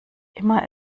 immer